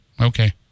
Okay